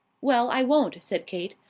well, i won't, said kate.